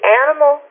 animal